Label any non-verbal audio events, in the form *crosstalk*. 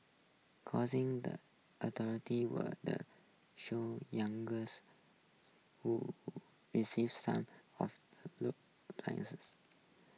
causing the *unintelligible* were the show youngest who received some of the *unintelligible* places